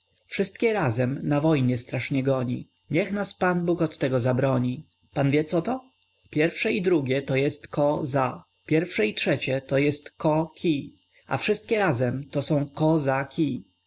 wszystkie razem na wojnie strasznie goni niech nas pan bóg od tego zabroni pan wie co to pierwsze i drugie to jest ko-za pierwsze i trzecie to jest ko-ki a wszystkie to są ko-za-ki